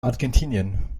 argentinien